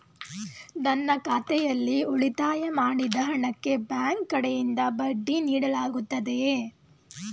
ನನ್ನ ಖಾತೆಯಲ್ಲಿ ಉಳಿತಾಯ ಮಾಡಿದ ಹಣಕ್ಕೆ ಬ್ಯಾಂಕ್ ಕಡೆಯಿಂದ ಬಡ್ಡಿ ನೀಡಲಾಗುತ್ತದೆಯೇ?